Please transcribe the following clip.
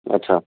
ଆଚ୍ଛା